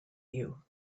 you